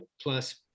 plus